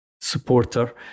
supporter